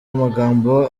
amagambo